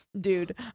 dude